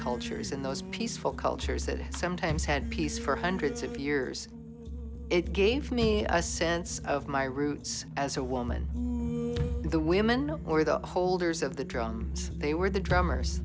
cultures and those peaceful cultures that sometimes had peace for hundreds of years it gave me a sense of my roots as a woman the women or the holders of the drum they were the drummers